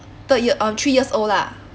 third year um three years old lah